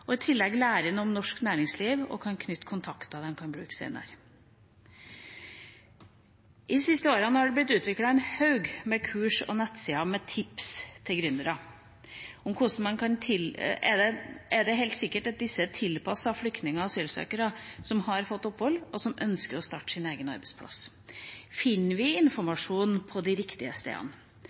og i tillegg lærer noe om norsk næringsliv og kan knytte kontakter de kan bruke senere. De siste årene har det blitt utviklet en haug med kurs og nettsider med tips til gründere. Er det helt sikkert at disse er tilpasset flyktninger og asylsøkere som har fått opphold, og som ønsker å starte sin egen arbeidsplass? Finner vi informasjon på de riktige stedene?